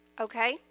Okay